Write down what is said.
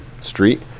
street